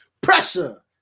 Pressure